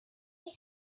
help